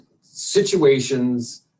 situations